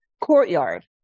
courtyard